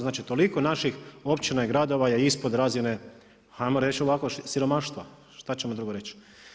Znači toliko naših općina i gradova je ispod razine hajmo reći ovako siromaštva, šta ćemo drugo reći.